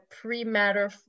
pre-matter